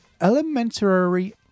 elementary